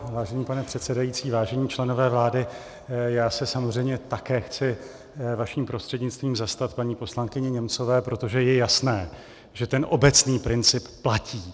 Vážený pane předsedající, vážení členové vlády, já se samozřejmě také chci vaším prostřednictvím zastat paní poslankyně Němcové, protože je jasné, že ten obecný princip platí.